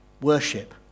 worship